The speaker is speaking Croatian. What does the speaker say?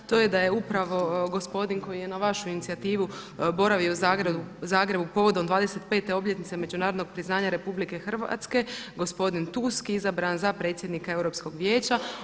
To je da je upravo gospodin koji je na vašu inicijativu boravio u Zagrebu povodom 25. obljetnice međunarodnog priznanja RH gospodin Tusk izabran za predsjednika Europskog vijeća.